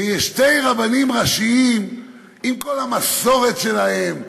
שיש שני רבנים ראשיים, עם כל המסורת שלהם,